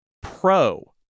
Pro